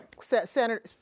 Senator